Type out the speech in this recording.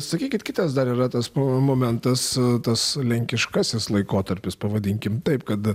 sakykit kitas dar yra tas momentas tas lenkiškasis laikotarpis pavadinkim taip kad